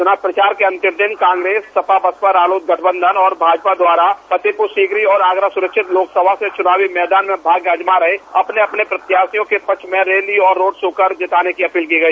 चुनाव प्रचार के अंतिम दिन कांग्रेस सपा बसपा रालोद गठबंधन और भाजपा द्वारा फतेहपुर सीकरी और आगरा सुरक्षित लोकसभा से चुनावी मैदान में भाग्य आजमा रहे अपने अपने प्रत्याशियों के पक्ष रैली और रोड शो कर जिताने की अपील की गई